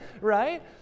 right